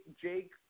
Jake